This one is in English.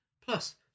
Plus